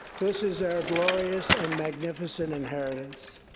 this is our glorious and magnificent inheritance.